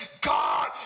God